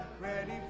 ready